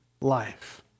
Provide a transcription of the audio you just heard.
life